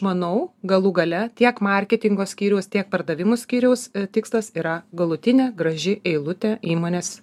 manau galų gale tiek marketingo skyriaus tiek pardavimų skyriaus tikslas yra galutinė graži eilutė įmonės